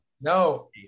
No